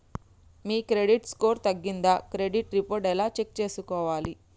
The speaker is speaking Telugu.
మీ క్రెడిట్ స్కోర్ తగ్గిందా క్రెడిట్ రిపోర్ట్ ఎలా చెక్ చేసుకోవాలి?